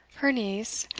her niece,